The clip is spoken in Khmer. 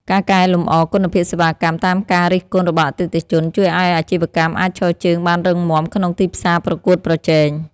ការកែលម្អគុណភាពសេវាកម្មតាមការរិះគន់របស់អតិថិជនជួយឱ្យអាជីវកម្មអាចឈរជើងបានរឹងមាំក្នុងទីផ្សារប្រកួតប្រជែង។